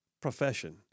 profession